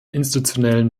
institutionellen